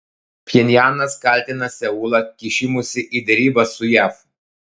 pchenjanas kaltina seulą kišimusi į derybas su jav